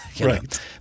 Right